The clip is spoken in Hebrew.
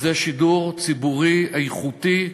וזה שידור ציבורי איכותי,